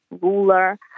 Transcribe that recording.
ruler